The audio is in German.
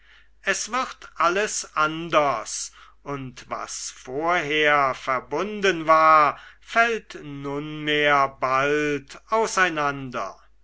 es wird alles anders und was vorher verbunden war fällt nunmehr bald auseinander